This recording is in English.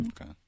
Okay